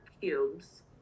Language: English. cubes